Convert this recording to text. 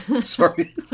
Sorry